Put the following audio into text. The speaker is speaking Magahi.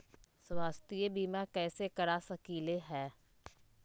स्वाथ्य बीमा कैसे करा सकीले है?